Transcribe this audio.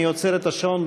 אני עוצר את השעון.